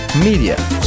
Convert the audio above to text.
media